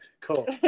Cool